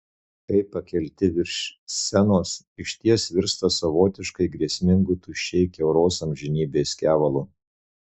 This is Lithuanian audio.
kai pakelti virš scenos išties virsta savotiškai grėsmingu tuščiai kiauros amžinybės kevalu